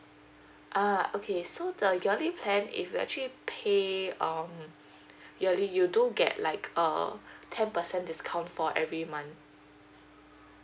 uh okay so the yearly plan is actually pay um yearly you do get like um ten percent discount for every month